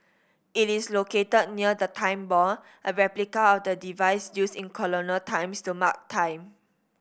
it is located near the Time Ball a replica of the device used in colonial times to mark time